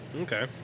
Okay